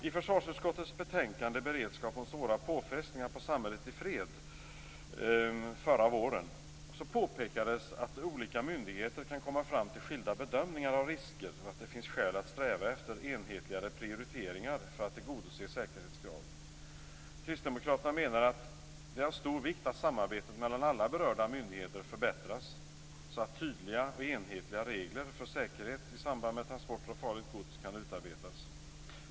I försvarsutskottets betänkande Beredskap mot svåra påfrestningar på samhället i fred förra våren, påpekades att olika myndigheter kan komma fram till skilda bedömningar om risker, och att det finns skäl att sträva efter enhetligare prioriteringar för att tillgodose säkerhetskraven. Kristdemokraterna menar att det är av stor vikt att samarbetet mellan alla berörda myndigheter förbättras så att tydliga och enhetliga regler för säkerhet i samband med transporter av farligt gods kan utarbetas.